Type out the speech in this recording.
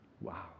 Wow